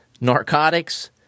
narcotics